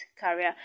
career